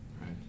right